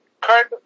current